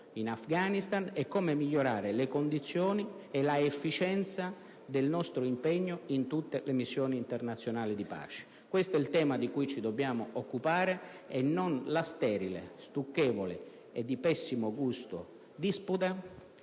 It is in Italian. per farlo - al modo di migliorare le condizioni e l'efficienza del nostro impegno in Afghanistan e in tutte le missioni internazionali di pace. Questo è il tema di cui ci dobbiamo occupare e non la sterile, stucchevole e di pessimo gusto disputa